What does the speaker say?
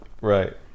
Right